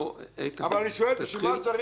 אני שואל, למה צריך את זה